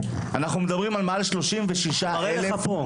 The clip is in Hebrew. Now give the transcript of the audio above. אנחנו מדברים על מעל 36 אלף מרצים --- הוא מראה לך פה,